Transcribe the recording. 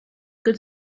good